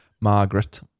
Margaret